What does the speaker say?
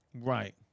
Right